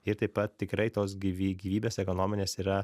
ir taip pat tikrai tos gyvy gyvybės ekonominės yra